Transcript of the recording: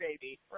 baby